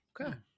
Okay